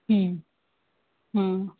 ಹ್ಞೂ ಹಾಂ